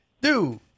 Dude